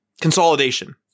consolidation